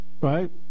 right